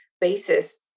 basis